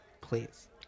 Please